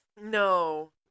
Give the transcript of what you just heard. No